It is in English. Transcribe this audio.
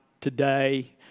today